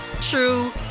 true